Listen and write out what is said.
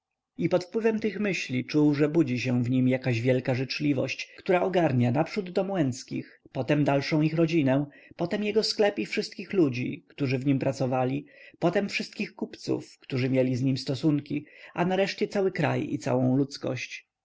i pod wpływem tych myśli czuł że budzi się w nim jakaś wielka życzliwość która ogarnia naprzód dom łęckich potem dalszą ich rodzinę potem jego sklep i wszystkich ludzi którzy w nim pracowali potem wszystkich kupców którzy mieli z nim stosunki a nareszcie cały kraj i całą ludzkość